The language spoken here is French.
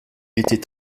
était